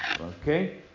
Okay